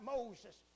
Moses